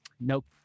Nope